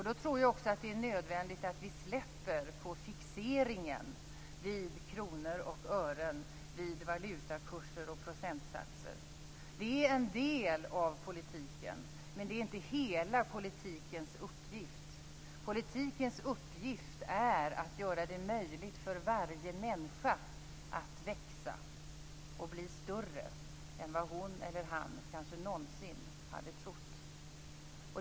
Då tror jag också att det är nödvändigt att vi släpper på fixeringen vid kronor och ören, vid valutakurser och procentsatser. Det är en del av politiken, men det är inte hela politikens uppgift. Politikens uppgift är att göra det möjligt för varje människa att växa och bli större än vad hon eller han kanske någonsin hade trott.